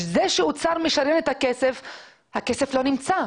האוצר משלם את הכסף אבל הכסף לא נמצא.